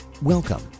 Welcome